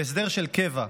כהסדר של קבע,